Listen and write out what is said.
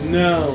no